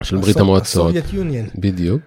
של ברית המועצות, בדיוק.